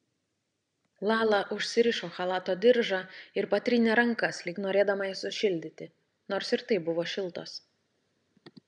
lala užsirišo chalato diržą ir patrynė rankas lyg norėdama jas sušildyti nors ir taip buvo šiltos